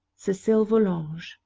cecilia volanges.